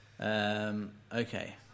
Okay